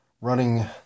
running